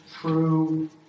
true